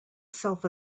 self